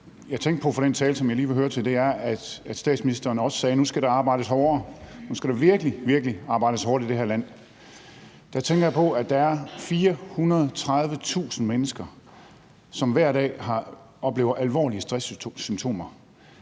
høre til, er, at statsministeren også sagde, at nu skal der arbejdes hårdere; nu skal der virkelig, virkelig arbejdes hårdt i det her land. Så tænker jeg på, at der er 430.000 mennesker, som hver dag oplever alvorlige stresssymptomer.